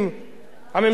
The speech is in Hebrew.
עוד עשרה ימים,